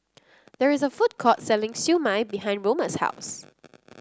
there is a food court selling Siew Mai behind Roma's house